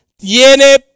tiene